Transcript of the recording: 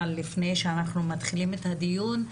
אבל לפני שאנחנו מתחילים את הדיון,